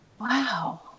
wow